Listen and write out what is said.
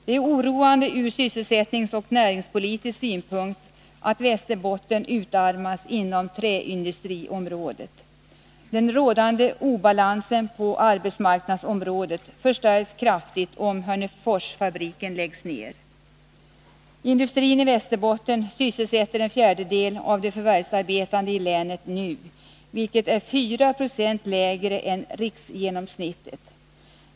Det är oroande ur sysselsättningsoch näringspolitisk synpunkt att Västerbotten utarmas inom träindustriområdet. Den rådande obalansen på arbetsmarknaden förstärks kraftigt, om Hörneforsfabriken läggs ner. Industrin i Västerbotten sysselsätter nu en fjärdedel av de förvärvsarbetande i länet, vilket är 4 90 lägre än riksgenomsnittet.